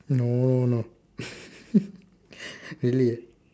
no no really ah